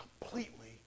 Completely